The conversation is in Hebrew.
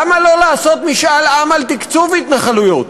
למה לא לעשות משאל עם על תקצוב התנחלויות?